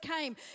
came